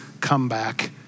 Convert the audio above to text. comeback